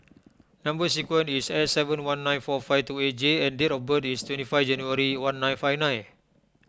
Number Sequence is S seven one nine four five two eight J and date of birth is twenty five January one nine five nine